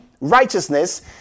righteousness